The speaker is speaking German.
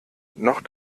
noch